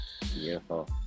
Beautiful